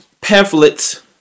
pamphlets